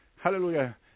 Hallelujah